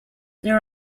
there